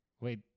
Wait